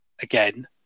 again